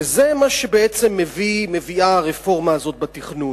וזה מה שבעצם מביאה הרפורמה הזאת בתכנון,